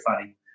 funny